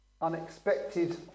unexpected